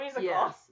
yes